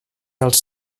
els